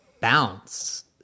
bounce